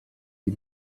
die